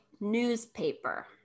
newspaper